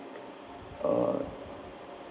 uh